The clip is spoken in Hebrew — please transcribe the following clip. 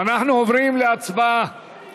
אנחנו עוברים להצבעה על